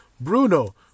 Bruno